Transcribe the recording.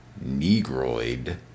Negroid